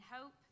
hope